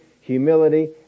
humility